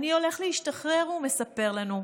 אני הולך להשתחרר, הוא מספר לנו.